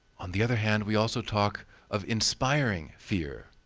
on the other hand, we also talk of inspiring fear.